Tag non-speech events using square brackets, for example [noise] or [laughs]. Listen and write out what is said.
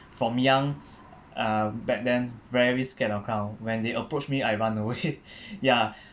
from young [breath] uh back then very scared of clown when they approached me I run away [laughs] [breath] ya [breath]